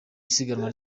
isiganwa